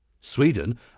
Sweden